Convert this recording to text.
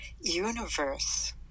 universe